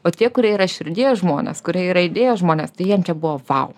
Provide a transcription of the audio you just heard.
o tie kurie yra širdies žmonės kurie yra įdėjos žmonės tai jiem čia buvo vou